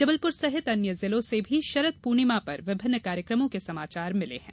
जबलपुर सहित अन्य जिलों से भी शरद पुणिमॉ पर विभिन्न कार्यक्रमों के समाचार मिल रहे हैं